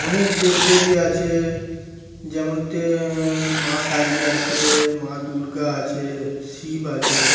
অনেক দেবদেবী আছে যেমনতে মা কালী আছে মা দুর্গা আছে শিব আছে